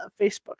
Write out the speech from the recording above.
Facebook